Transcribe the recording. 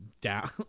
down